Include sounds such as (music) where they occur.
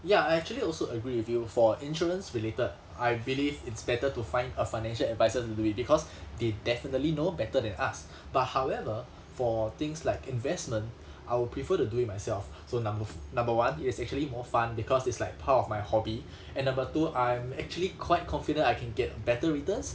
ya I actually I also agree with you for insurance-related I believe it's better to find a financial adviser to do it because (breath) they definitely know better than us (breath) but however (breath) for things like investment (breath) I will prefer to do it myself (breath) so number f~ number one it is actually more fun because it's like part of my hobby (breath) and number two I'm actually quite confident I can get better returns